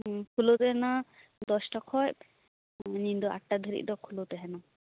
ᱠᱷᱩᱞᱟ ᱣ ᱛᱟᱦᱮᱱᱟ ᱫᱚᱥᱴᱟ ᱠᱷᱚᱡ ᱧᱤᱫᱟ ᱟᱴ ᱴᱟ ᱫᱷᱟ ᱨᱤᱡ ᱫᱚ ᱠᱷᱩᱞᱟ ᱣ ᱛᱟᱦᱮᱱᱟ